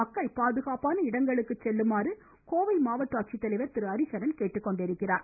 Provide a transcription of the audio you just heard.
மக்கள் பாதுகாப்பான இடங்களுக்குச் செல்லுமாறு கோவை மாவட்ட ஆட்சித்தலைவர் திரு ஹரிஹரன் கேட்டுக்கொண்டுள்ளார்